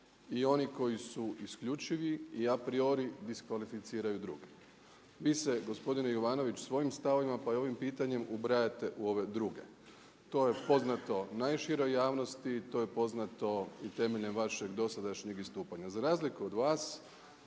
i oni koji su isključivi i apriori, diskvalificiraju druge. Vi se gospodine Jovanoviću, svojim stavovima, po ovim pitanjem ubrajate u ove druge. To je poznato najširoj javnosti, to je poznato i temeljem vaše dosadašnjeg istupanja. Za razliku od vas,